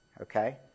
Okay